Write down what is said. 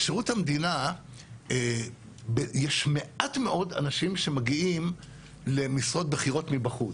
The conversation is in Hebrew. בשירות המדינה יש מעט מאוד אנשים שמגיעים למשרות בכירות מבחוץ,